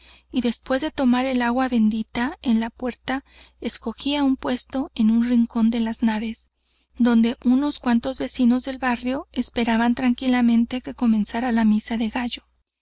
y después de tomar el agua bendita en la puerta escogía un puesto en un rincón de las naves donde unos cuantos vecinos del barrio esperaban tranquilamente que comenzara la misa del gallo